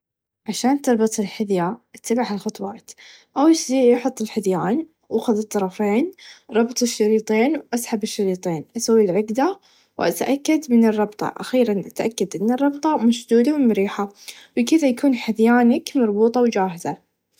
عشان تربطي الحذيان إتبع ها الخطوات أول شئ حط الحذيان وخذ الطرفين ربط الشريطين و أسحب الشريطين أسوي العقده و أتأكده من الربطه و أخيرا أتأكد إن الربطه مشدوده و مريحه و كذا يكونو حذيانك مربوطه و چاهزه.